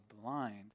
blind